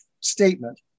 statement